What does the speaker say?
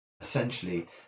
Essentially